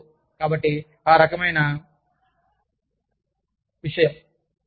మీకు తెలుసు కాబట్టి ఆ రకమైన విషయం